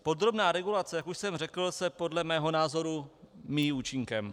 Podrobná regulace, jak už jsem řekl, se podle mého názoru, míjí účinkem.